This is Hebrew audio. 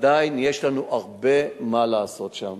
עדיין יש לנו הרבה מה לעשות שם.